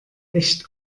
echt